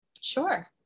Sure